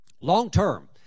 long-term